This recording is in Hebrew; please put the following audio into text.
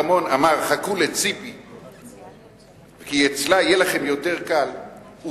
כי אתם כל הזמן מדברים על ממלכתיות,